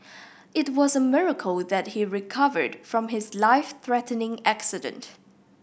it was a miracle that he recovered from his life threatening accident